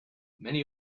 many